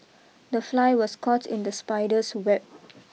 the fly was caught in the spider's web